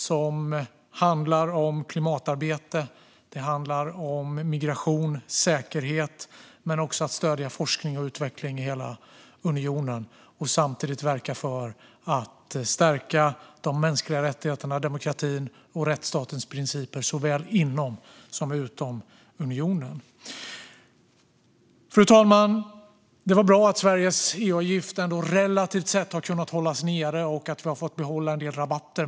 Det handlar om klimatarbete, migration och säkerhet men också om att stödja forskning och utveckling i hela unionen och att samtidigt verka för att stärka de mänskliga rättigheterna, demokratin och rättsstatens principer såväl inom som utom unionen. Fru talman! Det är bra att Sveriges EU-avgift ändå relativt sett har kunnat hållas nere och att vi har fått behålla en del rabatter.